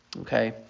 Okay